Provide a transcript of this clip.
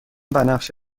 بنفش